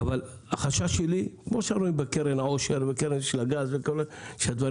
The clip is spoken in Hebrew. אבל החשש שלי כמו שרואים בקרן העושר ובקרן הגז שהדברים